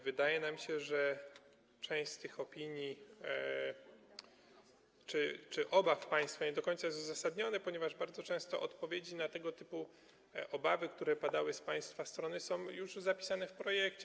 Wydaje nam się, że część tych opinii czy obaw państwa nie do końca jest uzasadnionych, ponieważ bardzo często odpowiedzi na tego typu obawy, które były wyrażane z państwa strony, są już zapisane w projekcie.